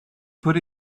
put